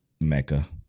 Mecca